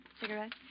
Cigarette